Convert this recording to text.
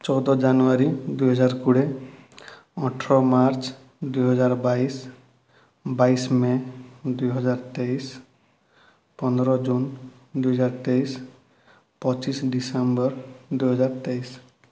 ଚଉଦ ଜାନୁୟାରୀ ଦୁଇ ହଜାର କୋଡ଼ିଏ ଅଠର ମାର୍ଚ୍ଚ ଦୁଇ ହଜାର ବାଇଶି ବାଇଶି ମେ ଦୁଇ ହଜାର ତେଇଶି ପନ୍ଦର ଜୁନ୍ ଦୁଇ ହଜାର ତେଇଶି ପଚିଶି ଡିସେମ୍ବର ଦୁଇ ହଜାର ତେଇଶି